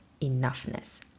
enoughness